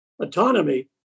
autonomy